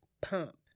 Pump